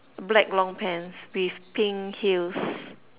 black long pants with pink heels